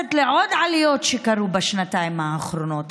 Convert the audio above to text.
מתווספת לעוד עליות שקרו בשנתיים האחרונות.